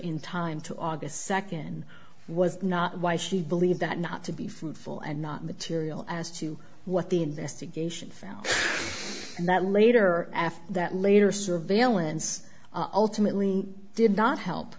in time to august second was not why she believed that not to be fruitful and not material as to what the investigation found that later after that later surveillance alternately did not help